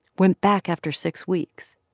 went back after six weeks.